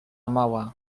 mała